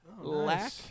Lack